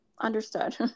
understood